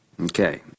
Okay